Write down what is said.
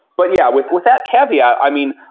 but yeah, with with that caveat, i mean,